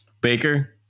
Baker